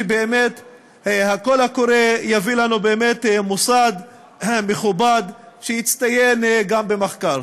שבאמת הקול הקורא יביא לנו מוסד מכובד שיצטיין גם במחקר.